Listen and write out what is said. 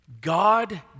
God